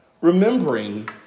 remembering